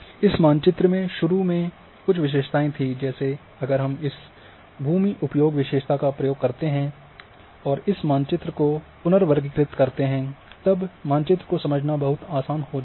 इस मानचित्र में शुरू में कुछ विशेषताएँ थी जैसे अगर हम इस भूमि उपयोग विशेषता का प्रयोग करते हैं और इस मानचित्र को पुनर्वर्गीकृत करते हैं तब मानचित्र को समझना बहुत आसान हो जाता है